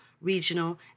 regional